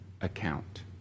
account